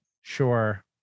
Sure